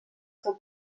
seu